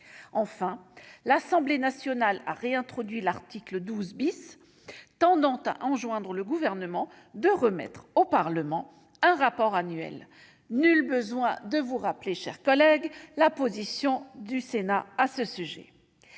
Enfin, l'Assemblée nationale a réintroduit l'article 12 , qui enjoint au Gouvernement de remettre au Parlement un rapport annuel. Nul besoin de vous rappeler, chers collègues, la position du Sénat à ce sujet